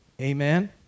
Amen